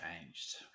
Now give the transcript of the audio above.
changed